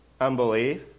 Unbelief